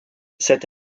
cette